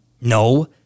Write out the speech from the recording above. No